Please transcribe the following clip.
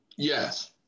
Yes